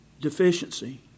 deficiency